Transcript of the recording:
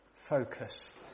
Focus